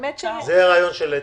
זה רעיון של אתי.